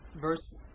verse